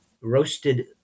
roasted